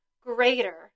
greater